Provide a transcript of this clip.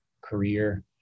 career